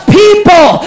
people